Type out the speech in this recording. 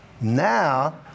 now